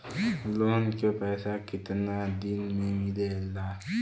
Loan के पैसा कितना दिन मे मिलेला?